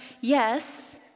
yes